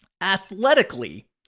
Athletically